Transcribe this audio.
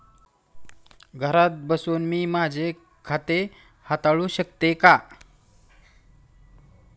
घरात बसून मी माझे खाते हाताळू शकते का?